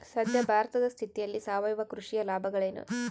ಸದ್ಯ ಭಾರತದ ಸ್ಥಿತಿಯಲ್ಲಿ ಸಾವಯವ ಕೃಷಿಯ ಲಾಭಗಳೇನು?